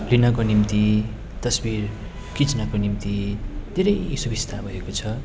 दिनको निम्ति तस्विर खिच्नको निम्ति धेरै सुविस्ता भएको छ